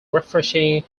refreshing